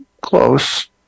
Close